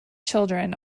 children